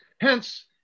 Hence